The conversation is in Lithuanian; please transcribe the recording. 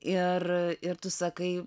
ir ir tu sakai